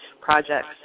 projects